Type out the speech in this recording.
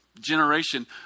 generation